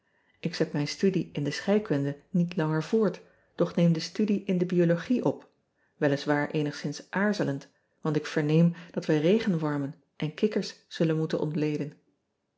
k zet mijn studie in de scheikunde niet langer voort doch neem de studie in de biologie op weliswaar eenigszins aarzelend want ik verneem dat we regenwormen en kikkers zullen moeten ontleden